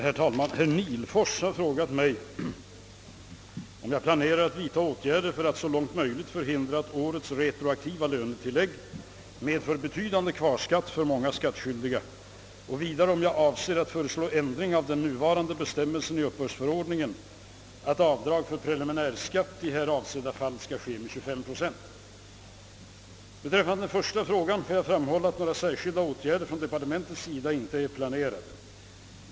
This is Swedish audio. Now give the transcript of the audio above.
Herr talman! Herr Nihlfors har frågat mig om jag planerar att vidta åtgärder för att så långt möjligt förhindra att årets retroaktiva lönetillägg medför betydande kvarskatt för många skattskyldiga och vidare om jag avser att föreslå ändring av den nuvarande bestämmelsen i uppbördsförordningen att avdrag för preliminär skatt i här avsedda fall skall ske med 25 procent. Beträffande den första frågan får jag framhålla att några särskilda åtgärder från departementets sida inte är planerade.